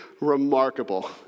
remarkable